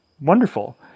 wonderful